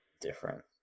different